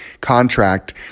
contract